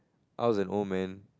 I was an old man